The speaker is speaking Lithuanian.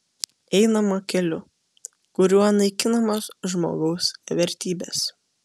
einama keliu kuriuo naikinamos žmogaus vertybės